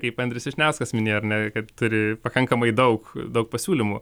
kaip andrius vyšniauskas minėjo ar ne kad turi pakankamai daug daug pasiūlymų